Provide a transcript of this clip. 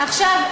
עכשיו,